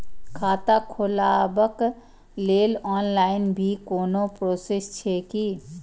खाता खोलाबक लेल ऑनलाईन भी कोनो प्रोसेस छै की?